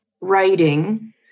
writing